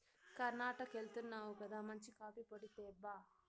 కర్ణాటకెళ్తున్నావు గదా మంచి కాఫీ పొడి తేబ్బా